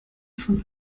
von